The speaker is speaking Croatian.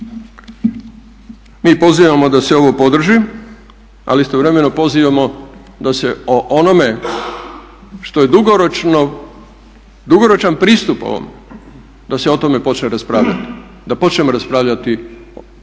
mi pozivamo da se ovo podrži, ali istovremeno pozivamo da se o onome što je dugoročan pristup ovom, da se o tome počne raspravljati, da počnemo raspravljati